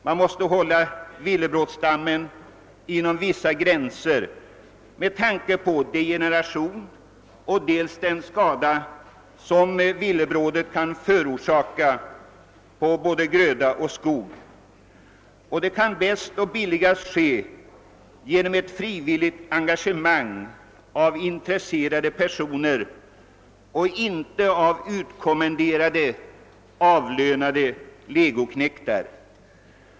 Man måste hålla stammarna inom vissa gränser, dels med tanke på risken för degeneration, dels med hänsyn till den skada som villebrådet kan åstadkomma på både gröda och skog. Och den begränsningen kan bäst och billigast åstadkommas genom frivilligt engagemang av intresserade personer, inte av utkommenderade och avlönade legoknektar.